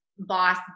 boss